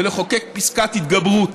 ולחוקק פסקת התגברות.